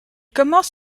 commence